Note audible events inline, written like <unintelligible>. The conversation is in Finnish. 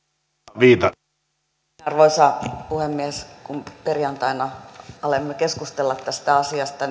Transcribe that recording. arvoisa arvoisa puhemies kun perjantaina aloimme keskustella tästä asiasta <unintelligible>